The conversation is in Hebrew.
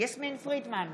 יסמין פרידמן,